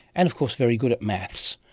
and of course, very good at maths.